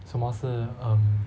什么是 um